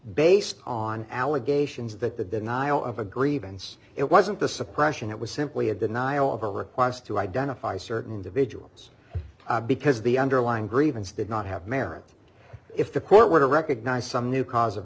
based on allegations that the denial of a grievance it wasn't the suppression it was simply a denial of a request to identify certain individuals because the underlying grievance did not have merit if the court were to recognize some new cause of